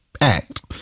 act